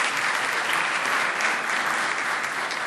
(מחיאות כפיים)